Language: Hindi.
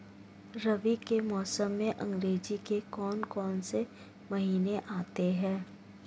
रबी के मौसम में अंग्रेज़ी के कौन कौनसे महीने आते हैं?